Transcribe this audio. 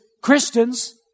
Christians